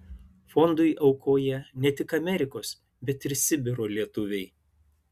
fondui aukoja ne tik amerikos bet ir sibiro lietuviai